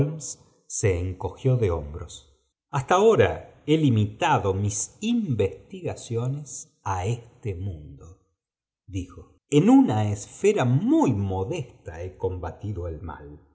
se encogió de hombros rt j hasta ahora he limitado mis investigaciones este mundo dijo en una esfera muy modesta he combatido al mal